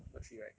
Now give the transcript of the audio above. got three right